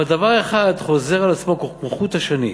אבל דבר אחד חוזר על עצמו כמו חוט השני,